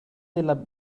della